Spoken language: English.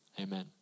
amen